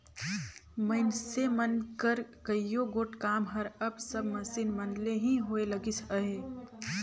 मइनसे मन कर कइयो गोट काम हर अब सब मसीन मन ले ही होए लगिस अहे